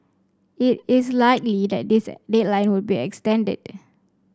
it is likely that this deadline would be extended